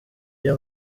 iyo